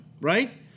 right